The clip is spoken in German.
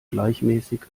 gleichmäßig